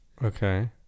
Okay